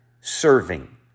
serving